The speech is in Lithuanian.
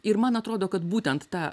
ir man atrodo kad būtent tą